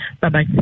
Bye-bye